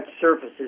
surfaces